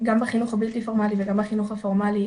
גם בחינוך הבלתי פורמאלי וגם בחינוך הפורמאלי